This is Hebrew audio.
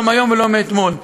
לא מהיום ולא מאתמול.